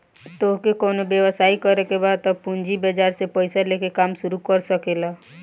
तोहके कवनो व्यवसाय करे के बा तअ पूंजी बाजार से पईसा लेके काम शुरू कर सकेलअ